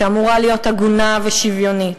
שאמורה להיות הגונה ושוויונית.